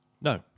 No